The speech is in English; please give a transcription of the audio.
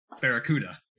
Barracuda